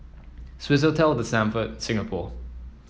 Swissotel The Stamford Singapore